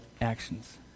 actions